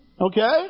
Okay